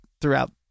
throughout